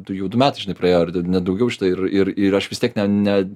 du jau du metai žinai praėjo net daugiau šitą ir ir ir aš vis tiek ne ne